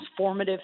transformative